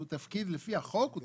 לפי החוק הוא